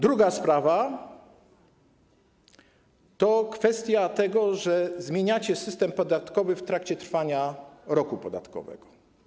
Druga sprawa to kwestia tego, że zmieniacie system podatkowy w trakcie trwania roku podatkowego.